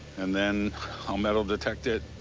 and then i'll metal detect it.